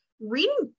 reading